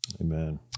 amen